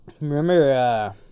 Remember